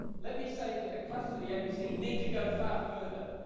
let me say that the cuts to the abc need to go far further.